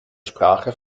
sprache